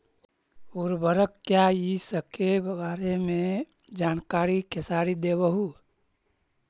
उर्वरक क्या इ सके बारे मे जानकारी खेसारी देबहू?